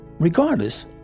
regardless